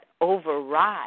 override